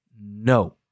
no